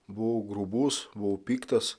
buvau grubus buvau piktas